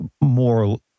more